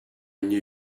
knew